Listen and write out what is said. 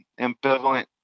ambivalent